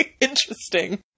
Interesting